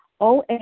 OA